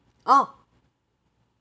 oh